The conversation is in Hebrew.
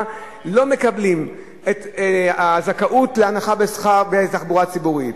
לא מקבלים את הזכאות להנחה בתחבורה ציבורית.